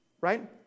right